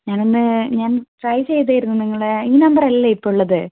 ഞാനന്ന് ഞാൻ ട്രൈ ചെയ്തിരുന്നു നിങ്ങളെ ഈ നമ്പറല്ലേ ഇപ്പോൾ ഉള്ളത്